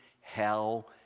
hell